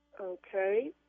Okay